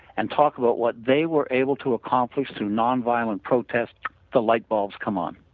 and talk about what they were able to accomplish through nonviolent protests the light bulbs come on.